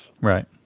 Right